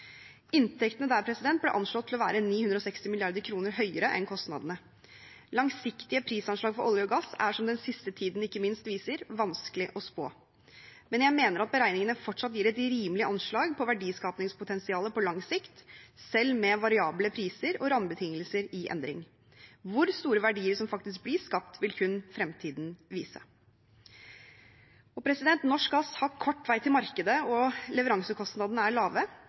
Inntektene ble der anslått til å være 960 mrd. kr høyere enn kostnadene. Langsiktige prisanslag for olje og gass er, som ikke minst den siste tiden viser, vanskelige å spå. Men jeg mener at beregningene fortsatt gir et rimelig anslag på verdiskapingspotensialet på lang sikt, selv med variable priser og rammebetingelser i endring. Hvor store verdier som faktisk blir skapt, vil kun fremtiden vise. Norsk gass har kort vei til markedet og leveransekostnadene er lave.